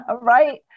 Right